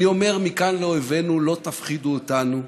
אני אומר מכאן לאויבינו: לא תפחידו אותנו.